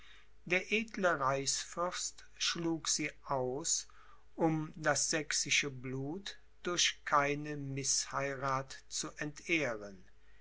der edle reichsfürst schlug sie aus um das sächsische blut durch keine mißheirath zu entehren